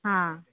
ಹಾಂ